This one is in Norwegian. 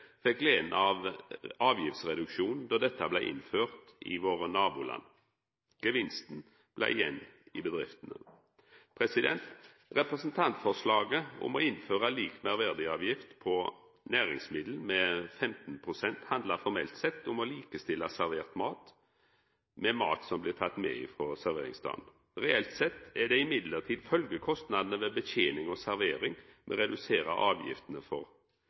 fekk glede av avgiftsreduksjonane då desse blei innførde i nabolanda våre. Gevinsten blei igjen i bedriftene. Representantforslaget om å innføra lik meirverdiavgift for næringsmiddel med 15 pst. handlar formelt sett om å likestilla servert mat med mat som blir tatt med frå serveringsstaden. Reelt sett er det likevel følgekostnadane ved betening og servering me reduserer avgiftene for.